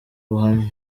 bahamya